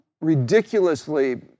ridiculously